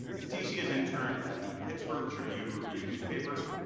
katishi has interned at the pittsburgh tribune-review newspaper,